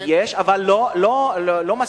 יש, אבל לא מספיקה.